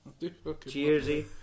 Cheersy